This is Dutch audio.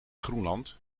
groenland